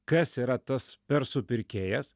kas yra tas per supirkėjas